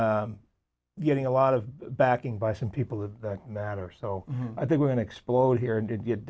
and getting a lot of backing by some people that matter so i think we're going to explode here and it get